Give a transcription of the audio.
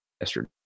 yesterday